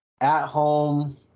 at-home